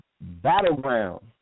battleground